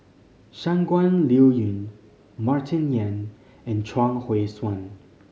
Shangguan Liuyun Martin Yan and Chuang Hui Tsuan